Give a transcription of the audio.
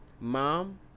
Mom